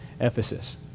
Ephesus